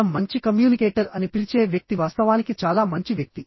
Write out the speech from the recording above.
మనం మంచి కమ్యూనికేటర్ అని పిలిచే వ్యక్తి వాస్తవానికి చాలా మంచి వ్యక్తి